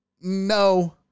no